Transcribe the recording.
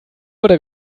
oder